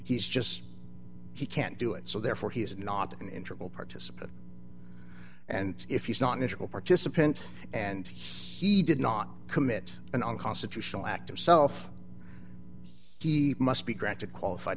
he's just he can't do it so therefore he is not an interval participant and if he's not initial participant and he did not commit an unconstitutional act of self he must be granted qualified